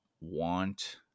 want